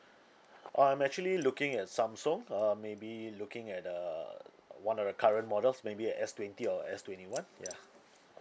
oh I'm actually looking at samsung uh maybe looking at err one of the current models maybe a S twenty or a S twenty one ya